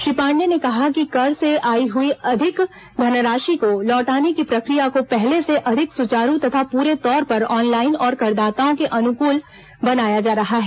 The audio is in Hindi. श्री पांडे ने कहा कि कर से आई हई अधिक धनराशि को लौटाने की प्रक्रिया को पहले से अधिक सुचारू तथा पूरे तौर पर ऑनलाइन और करदाताओं के अनुकूल बनाया जा रहा है